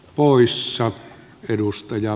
arvoisa puhemies